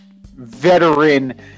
veteran